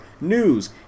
news